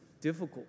difficult